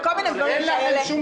וכל מיני דברים כאלה,